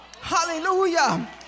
Hallelujah